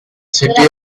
city